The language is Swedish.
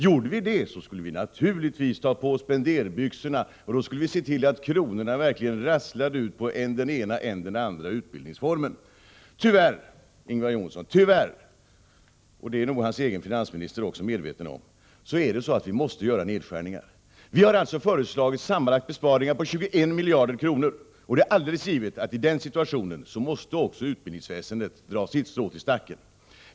Gjorde vi det skulle vi naturligtvis ta på oss spenderbyxorna, och då skulle vi se till att kronorna verkligen rasslade ut till än den ena, än den andra utbildningsformen. Tyvärr, Ingvar Johnsson — och det är nog hans egen finansminister också medveten om — är det så att vi måste göra nedskärningar. Vi har alltså föreslagit besparingar på sammanlagt 21 miljarder kronor. Det är givet att man också inom utbildningsväsendet måste dra sitt strå till stacken i den situationen.